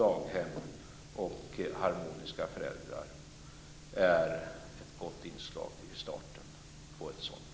Daghem och harmoniska föräldrar är ett gott inslag i starten på ett sådant liv.